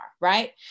right